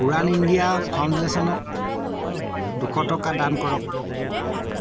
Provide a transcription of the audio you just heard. Udaan India ফাউণ্ডেশ্যনক দুশ টকা দান কৰক